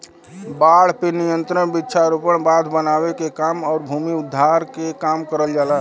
बाढ़ पे नियंत्रण वृक्षारोपण, बांध बनावे के काम आउर भूमि उद्धार के काम करल जाला